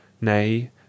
Nay